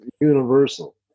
universal